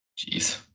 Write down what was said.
Jeez